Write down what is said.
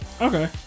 Okay